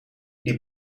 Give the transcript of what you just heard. die